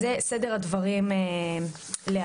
זה סדר הדברים להיום.